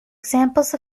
examples